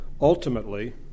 ultimately